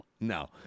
No